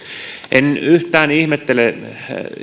en yhtään ihmettele